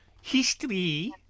History